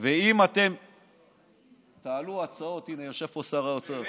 ואם אתם תעלו הצעות, הינה, יושב פה שר האוצר,